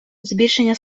збільшення